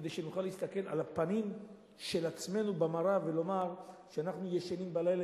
כדי שנוכל להסתכל על הפנים של עצמנו במראה ולומר שאנחנו ישנים בלילה,